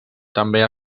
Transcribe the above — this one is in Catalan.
també